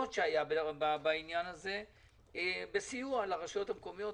שהיו בעניין הזה בסיוע לרשויות המקומיות.